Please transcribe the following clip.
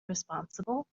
responsible